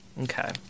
Okay